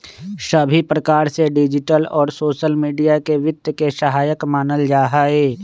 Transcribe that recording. सभी प्रकार से डिजिटल और सोसल मीडिया के वित्त के सहायक मानल जाहई